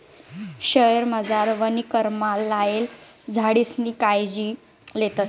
शयेरमझार वनीकरणमा लायेल झाडेसनी कायजी लेतस